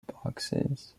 boxes